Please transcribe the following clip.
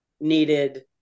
needed